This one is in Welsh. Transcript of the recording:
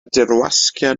dirwasgiad